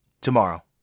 tomorrow